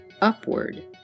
upward